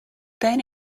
then